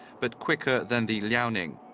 but quicker than the liaoning.